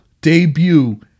debut